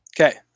Okay